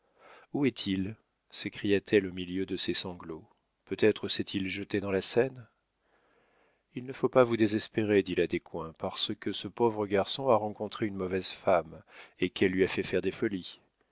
où est-il s'écria-t-elle au milieu de ses sanglots peut-être s'est-il jeté dans la seine il ne faut pas vous désespérer dit la descoings parce que le pauvre garçon a rencontré une mauvaise femme et qu'elle lui a fait faire des folies